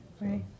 Right